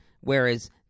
Whereas